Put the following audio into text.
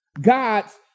God's